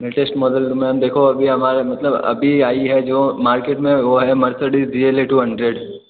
latest model में ma'am देखो अभी हमारे मतलब अभी आई है जो मार्केट में वो है Mercedes D L A two hundred